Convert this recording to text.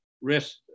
risk